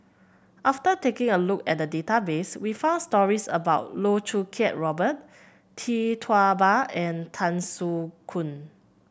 after taking a look at the database we found stories about Loh Choo Kiat Robert Tee Tua Ba and Tan Soo Khoon